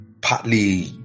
partly